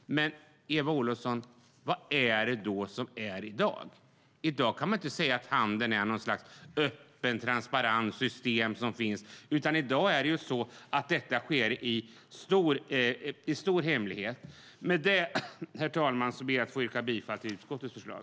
Men, Eva Olofsson, vad är det då vi har i dag? I dag kan vi inte säga att handeln är ett öppet, transparent, system, utan det sker i stor hemlighet. Med det, herr talman, ber jag att få yrka bifall till utskottets förslag.